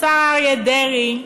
לשר אריה דרעי,